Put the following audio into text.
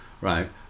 right